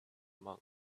monk